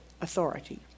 authority